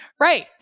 right